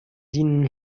dienen